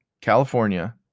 California